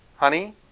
Honey